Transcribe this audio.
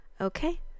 Okay